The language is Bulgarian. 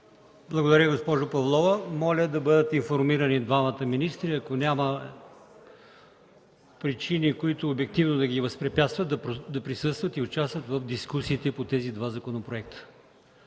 Благодаря, госпожо Павлова. Моля да бъдат информирани и двамата министри. Ако няма причини, които обективно да ги възпрепятстват, да присъстват и участват в дискусиите по тези два законопроекта.